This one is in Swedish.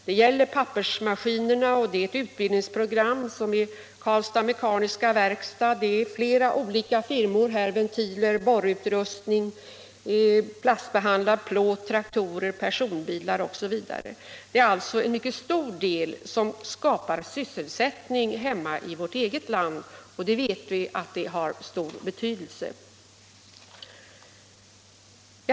Detta gäller pappersmaskinerna, det gäller ett utbildningsprogram från Karlstads Mekaniska Werkstad och flera andra firmor, som levererar ventiler, borrutrustning, plastbehandlad plåt, traktorer, personbilar osv. En mycket stor del av biståndet skapar alltså sysselsättning hemma i vårt eget land, och vi vet att det har stor betydelse.